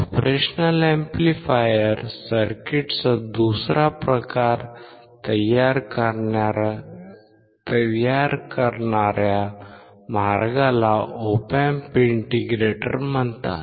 operational amplifier सर्किटचा दुसरा प्रकार तयार करणार्या मार्गला Op Amp इंटिग्रेटर म्हणतात